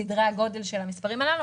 סדרי הגודל של המספרים הללו,